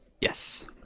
Yes